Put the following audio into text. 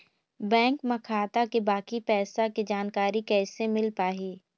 Bank म खाता के बाकी पैसा के जानकारी कैसे मिल पाही?